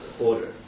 order